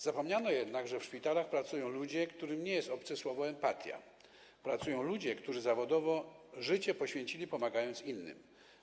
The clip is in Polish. Zapomniano jednak, że w szpitalach pracują ludzie, którym nie jest obce słowo „empatia”, pracują ludzie, którzy zawodowo życie poświęcili, pomagając innym.